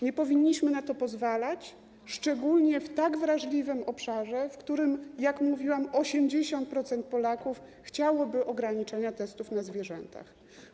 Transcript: Nie powinniśmy na to pozwalać szczególnie w tak wrażliwym obszarze, w przypadku którego, jak mówiłam, 80% Polaków chciałoby ograniczenia testów na zwierzętach.